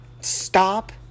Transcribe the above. Stop